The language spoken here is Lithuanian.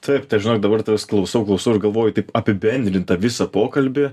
taip tai žinok dabar tavęs klausau klausau ir galvoju taip apibendrint tą visą pokalbį